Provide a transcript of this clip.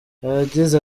yagize